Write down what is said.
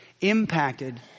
impacted